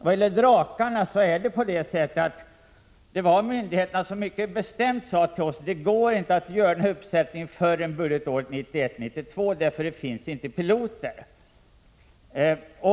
Vad gäller Draken sade myndigheterna mycket bestämt att det inte går att sätta upp ytterligare en division förrän budgetåret 1991/92 eftersom det inte finns piloter.